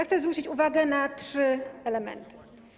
Chcę zwrócić uwagę na trzy elementy.